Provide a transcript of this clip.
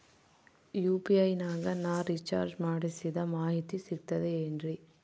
UPI ನಾಗ ನಾ recharge ಮಾಡಿಸಿದ ಮಾಹಿತಿ ಸಿಕ್ತದೆ ಏನ್ರಿ?